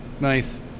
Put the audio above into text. Nice